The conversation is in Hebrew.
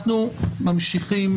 אני נועל את הישיבה.